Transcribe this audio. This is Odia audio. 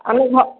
ଆମେ